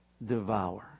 devour